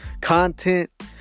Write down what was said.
content